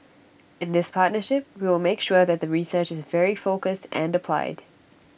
in this partnership we will make sure that the research is very focused and applied